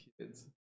kids